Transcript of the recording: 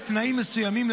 בתנאים מסוימים,